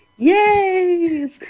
Yay